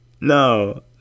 No